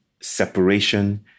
separation